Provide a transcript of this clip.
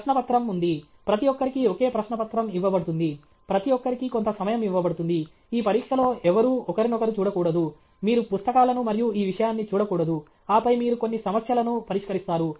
ప్రశ్నపత్రం ఉంది ప్రతి ఒక్కరికీ ఒకే ప్రశ్నపత్రం ఇవ్వబడుతుంది ప్రతి ఒక్కరికీ కొంత సమయం ఇవ్వబడుతుంది ఈ పరీక్షలో ఎవరూ ఒకరినొకరు చూడకూడదు మీరు పుస్తకాలను మరియు ఈ విషయాన్ని చూడకూడదు ఆపై మీరు కొన్ని సమస్యలను పరిష్కరిస్తారు